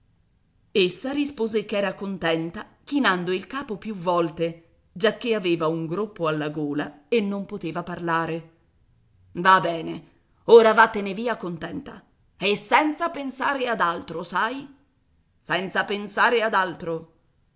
essa rispose ch'era contenta chinando il capo più volte giacché aveva un groppo alla gola e non poteva parlare va bene ora vattene via contenta e senza pensare ad altro sai senza pensare ad altro